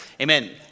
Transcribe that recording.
Amen